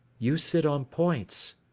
you sit on points.